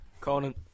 Conan